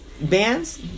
bands